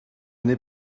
n’est